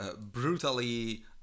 brutally